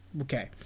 Okay